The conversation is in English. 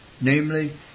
namely